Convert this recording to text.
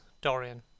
Dorian